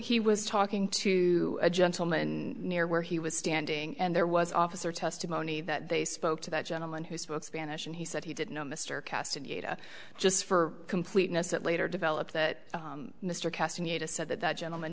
he was talking to a gentleman near where he was standing and there was officer testimony that they spoke to that gentleman who spoke spanish and he said he didn't know mr cassatt data just for completeness that later developed that mr cason you just said that that gentleman